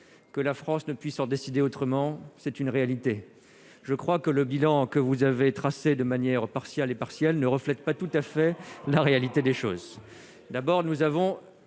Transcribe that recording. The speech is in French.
que la France ne puisse en décider autrement, c'est une réalité, je crois que le bilan que vous avez tracées de manière partiale et partielle ne reflète pas tout à fait la réalité des choses d'abord nous avons